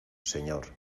señor